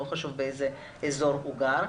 לא חשוב באיזה אזור הוא גר.